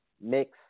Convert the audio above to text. Mix